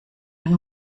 den